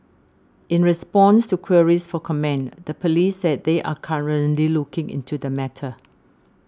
in response to queries for comment the police said they are currently looking into the matter